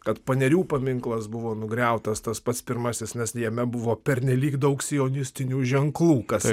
kad panerių paminklas buvo nugriautas tas pats pirmasis nes jame buvo pernelyg daug sionistinių ženklų kas